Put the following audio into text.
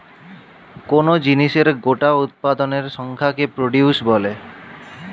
কোন জিনিসের গোটা উৎপাদনের সংখ্যাকে প্রডিউস বলে